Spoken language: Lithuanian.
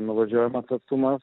nuvažiuojamas atstumas